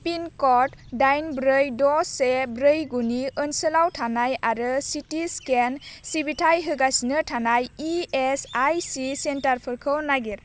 पिनक'ड दाइन ब्रै द' से ब्रै गुनि ओनसोलाव थानाय आरो सि टि स्केन सिबिथाय होगासिनो थानाय इ एस आइ सि सेन्टारफोरखौ नागिर